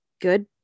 good